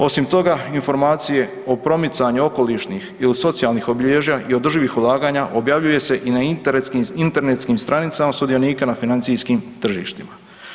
Osim toga, informacije o promicanju okolišnih ili socijalnih obilježja i održivih ulaganja, objavljuje se i na internetskim stranicama sudionika na financijskim tržištima.